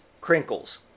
Crinkles